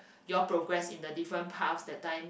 you all progress in the different path that time